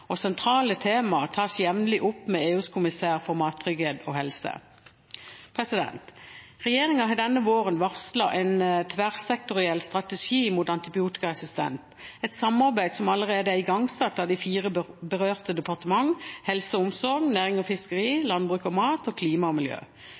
og sentrale tema tas jevnlig opp med EUs kommissær for mattrygghet og helse. Regjeringen har denne våren varslet en tverrsektoriell strategi mot antibiotikaresistens, et arbeid som allerede er igangsatt av de fire berørte departementene Helse- og omsorgsdepartementet, Nærings- og fiskeridepartementet, Landbruks- og matdepartementet og Klima- og